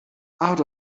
out